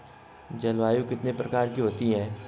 जलवायु कितने प्रकार की होती हैं?